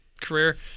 career